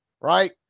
right